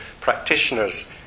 practitioners